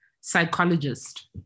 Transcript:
psychologist